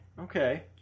okay